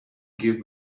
give